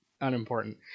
Unimportant